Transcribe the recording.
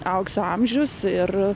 aukso amžius ir